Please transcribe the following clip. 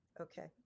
Okay